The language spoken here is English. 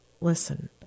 Listen